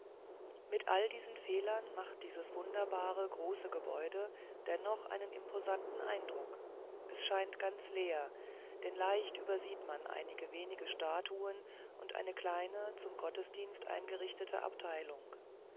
mit allen diesen fehlern macht dieses wunderbare große gebäude dennoch einen imposanten eindruck es scheint ganz leer denn leicht übersieht man einige wenige statuen und eine kleine zum gottesdienst eingerichtete abteilung